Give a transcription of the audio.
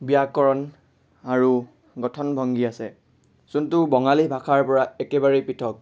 ব্যাকৰণ আৰু গঠন ভংগী আছে যোনটো বঙালী ভাষাৰ পৰা একেবাৰেই পৃথক